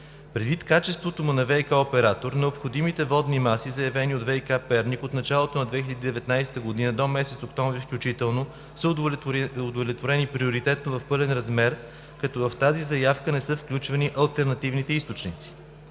Предвид качеството му на ВиК оператор необходимите водни маси, заявени от ВиК от началото на 2019 г. до месец октомври включително, са удовлетворени приоритетно в пълен размер, като в тази заявка не са включвани алтернативни източници.